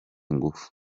ingufu